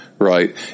Right